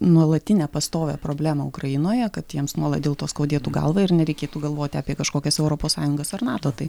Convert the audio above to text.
nuolatinę pastovią problemą ukrainoje kad jiems nuolat dėl to skaudėtų galvą ir nereikėtų galvoti apie kažkokias europos sąjungas ar nato tai